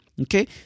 Okay